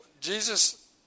Jesus